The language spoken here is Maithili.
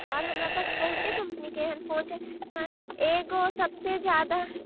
आर हमरा पास बहुते कम्पनीके ऐहन फोन छै हँ एगो सभसे जादा